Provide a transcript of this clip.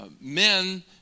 men